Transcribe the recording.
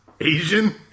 Asian